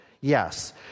Yes